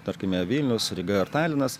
tarkime vilnius ryga ar talinas